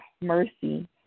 mercy